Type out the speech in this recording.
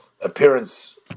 appearance